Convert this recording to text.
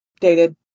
dated